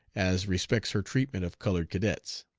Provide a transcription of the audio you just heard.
as respects her treatment of colored cadets.